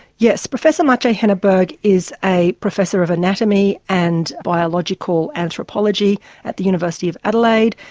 yes, professor maciej henneberg is a professor of anatomy and biological anthropology at the university of adelaide.